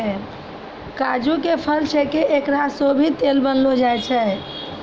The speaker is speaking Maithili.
काजू के फल छैके एकरा सॅ भी तेल बनैलो जाय छै